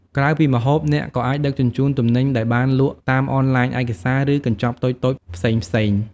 ក្រៅពីម្ហូប អ្នកក៏អាចដឹកជញ្ជូនទំនិញដែលបានលក់តាមអនឡាញ ឯកសារ ឬកញ្ចប់តូចៗផ្សេងៗ។